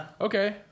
Okay